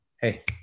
hey